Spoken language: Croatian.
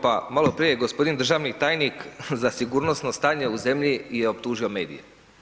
Pa malo prije je gospodin državni tajnik za sigurnosno stanje u zemlji je optužio medije.